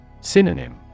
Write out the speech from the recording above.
Synonym